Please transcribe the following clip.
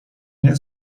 nie